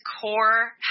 core